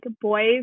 boys